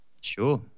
Sure